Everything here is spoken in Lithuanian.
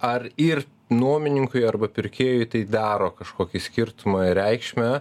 ar ir nuomininkui arba pirkėjui tai daro kažkokį skirtumą ir reikšmę